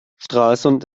stralsund